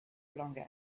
longer